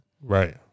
Right